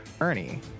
Ernie